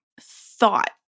thought